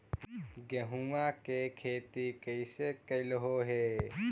गेहूआ के खेती कैसे कैलहो हे?